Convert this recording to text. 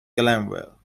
glenville